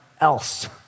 else